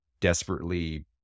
desperately